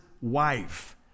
wife